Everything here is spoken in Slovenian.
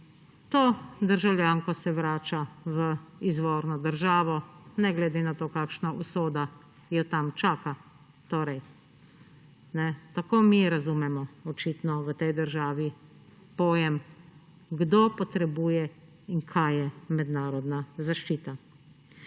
to državljanko se vrača v izvorno državo ne glede na to, kakšna usoda jo tam čaka. Tako mi razumemo, očitno, v tej državi pojem, kdo potrebuje in kaj je mednarodna zaščita.